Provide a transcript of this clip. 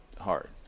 hard